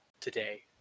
today